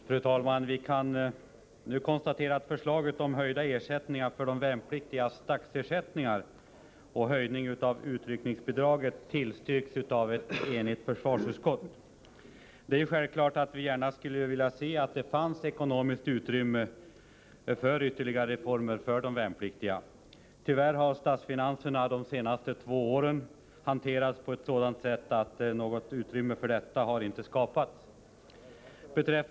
Fru talman! Vi kan nu konstatera att förslaget om höjda dagsersättningar för de värnpliktiga och höjning av utryckningsbidraget tillstyrks av ett enigt försvarsutskott. Det är självklart att vi gärna skulle se att det fanns ett ekonomiskt utrymme för ytterligare reformer för de värnpliktiga. Tyvärr har inte statsfinanserna de senaste två åren hanterats på ett sådant sätt att detta utrymme skapats.